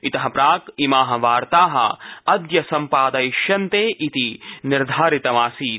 इतः प्राक् इमाः वार्ताः अद्य सम्पादयिष्यन्ते इति निर्धारितमासीत्